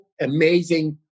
amazing